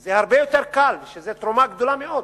זה הרבה יותר קל, וזו תרומה גדולה מאוד.